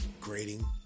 grading